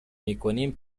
میکنیم